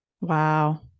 Wow